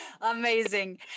Amazing